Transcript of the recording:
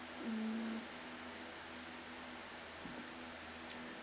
mm